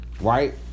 Right